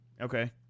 Okay